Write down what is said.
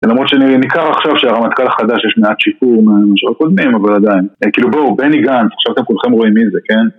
למרות שניכר עכשיו שהרמטכל החדש יש מעט שיפור מאשר הקודמים. אבל עדיין כאילו, בואו, בני גנץ עכשיו אתם כולכם רואים מי זה כן